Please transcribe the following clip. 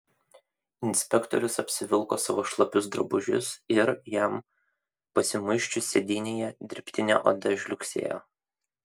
inspektorius apsivilko savo šlapius drabužius ir jam pasimuisčius sėdynėje dirbtinė oda žliugsėjo